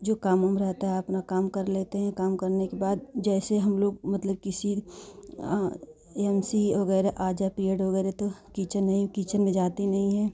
जो काम उम रहता है अपना काम कर लेते हैं काम करने के बाद जैसे हम लोग मतलब किसिर एम सी वगैरह आ जाए पीरियड वगैरह तो किचन नहीं किचन में जाते नहीं हैं